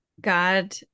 God